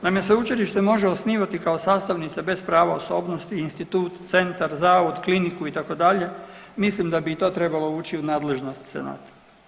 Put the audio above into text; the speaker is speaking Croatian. Naime, sveučilište može osnivati kao sastavnica bez prava osobnosti institut, centar, zavod, kliniku itd., mislim da bi i to trebalo ući u nadležnost senata.